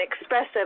expressive